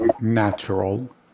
Natural